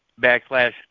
backslash